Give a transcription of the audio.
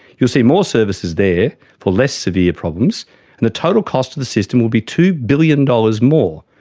you'll see more services there for less severe problems, and the total cost of the system would be two billion dollars more.